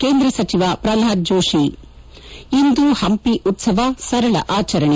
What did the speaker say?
ಕೇಂದ್ರ ಸಚಿವ ಪ್ರಲ್ಲಾದ್ ಜೋಶಿ ಇಂದು ಹಂಪಿ ಉತ್ಪವ ಸರಳ ಆಚರಣೆ